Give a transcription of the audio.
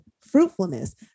fruitfulness